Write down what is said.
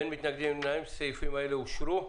אין מתנגדים ואין נמנעים, הסעיפים האלה אושרו.